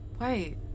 Wait